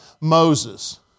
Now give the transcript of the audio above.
Moses